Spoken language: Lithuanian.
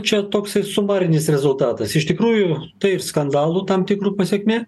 čia toksai sumarinis rezultatas iš tikrųjų tai skandalų tam tikrų pasekmė